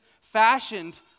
fashioned